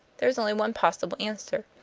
there is only one possible answer.